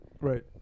Right